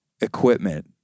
equipment